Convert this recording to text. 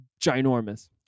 ginormous